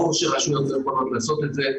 ברור שרשויות לא יכולות לעשות את זה.